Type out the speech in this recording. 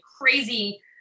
crazy